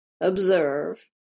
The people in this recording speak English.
observe